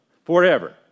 Forever